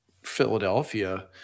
Philadelphia –